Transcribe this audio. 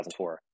2004